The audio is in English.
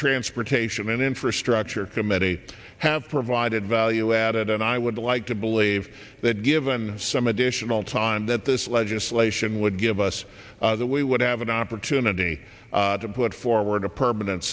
transportation and infrastructure committee have provided value added and i would like to believe that given some additional time that this legislation would give us that we would have an opportunity to put forward a permanent